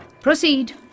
Proceed